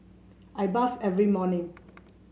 I bath every morning